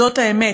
זאת האמת.